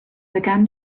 began